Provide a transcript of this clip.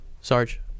Sarge